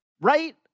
Right